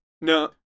No